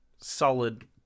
solid